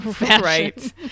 Right